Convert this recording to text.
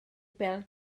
bêl